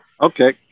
Okay